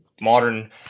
modern